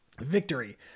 victory